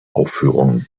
aufführungen